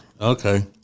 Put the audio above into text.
okay